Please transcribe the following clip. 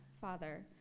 Father